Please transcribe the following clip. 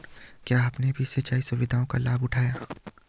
क्या आपने भी सिंचाई सुविधाओं का लाभ उठाया